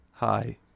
Hi